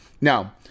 Now